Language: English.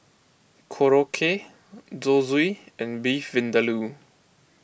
Korokke Zosui and Beef Vindaloo